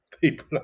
people